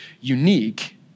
unique